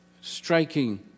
striking